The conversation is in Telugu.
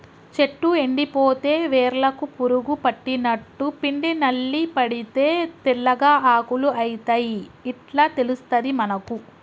చెట్టు ఎండిపోతే వేర్లకు పురుగు పట్టినట్టు, పిండి నల్లి పడితే తెల్లగా ఆకులు అయితయ్ ఇట్లా తెలుస్తది మనకు